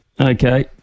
Okay